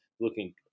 looking